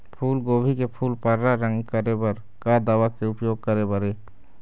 फूलगोभी के फूल पर्रा रंग करे बर का दवा के उपयोग करे बर ये?